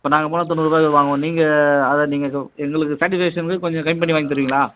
இப்போ நாங்கள் போனால் தொண்ணூறுரூபாய்க்கு வாங்குவோம் நீங்கள் அதை நீங்கள் எங்களுக்கு சேட்டிஸ்ஃபேக்ஷனுக்கு கொஞ்சம் கம்மி பண்ணி வாங்கித்தருவீங்களா